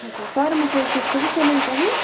اچھا سۄرمہٕ کُلۍ تہِ چھِوٕ کٕننۍ تۄہہِ